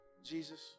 Jesus